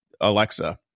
Alexa